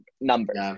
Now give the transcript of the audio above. numbers